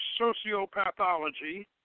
sociopathology